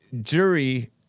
jury